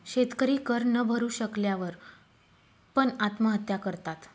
शेतकरी कर न भरू शकल्या वर पण, आत्महत्या करतात